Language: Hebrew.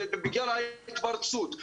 בגלל ההתפרצות,